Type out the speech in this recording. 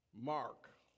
mark